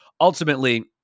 Ultimately